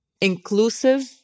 inclusive